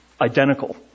identical